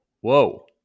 whoa